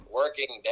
working